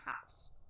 house